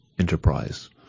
enterprise